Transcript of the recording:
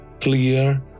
clear